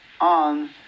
on